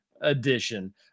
edition